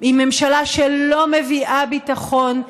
היא ממשלה שלא מביאה ביטחון,